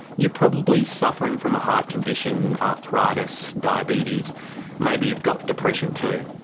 you are probably suffering from a heart condition, arthritis, diabetes maybe you've got depression too.